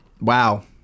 Wow